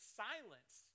silence